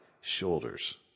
shoulders